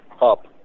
up